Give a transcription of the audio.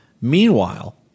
Meanwhile